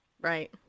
Right